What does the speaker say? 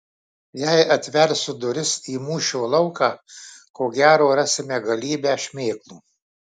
jei atversiu duris į mūšio lauką ko gero rasime galybę šmėklų